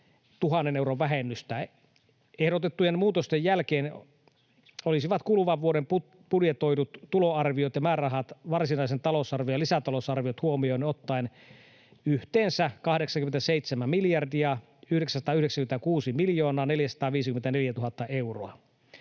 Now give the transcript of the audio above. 865 000 euron vähennystä. Ehdotettujen muutosten jälkeen olisivat kuluvan vuoden budjetoidut tuloarviot ja määrärahat varsinainen talousarvio ja lisätalousarviot huomioon ottaen yhteensä 87 996 454 000 euroa